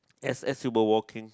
as as you were walking